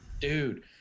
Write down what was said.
Dude